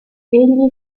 egli